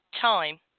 time